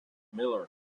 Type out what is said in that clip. miller